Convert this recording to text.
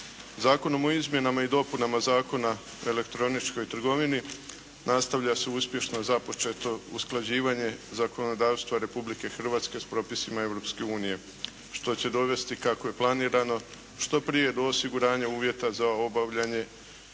Zakonom o izmjenama i dopunama Zakona o elektroničkoj trgovini nastavlja se uspješno započeto usklađivanje zakonodavstva Republike Hrvatske s propisima Europske unije što će dovesti kako je planirano što prije do osiguranja uvjeta za obavljanje